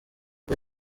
uyu